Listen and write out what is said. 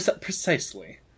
Precisely